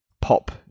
pop